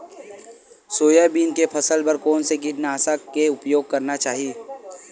Soybean के फसल बर कोन से कीटनाशक के उपयोग करना चाहि?